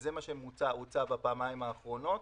וזה מה שהוצע בפעמיים האחרונות.